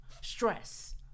Stress